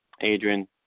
Adrian